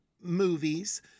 movies